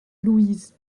louise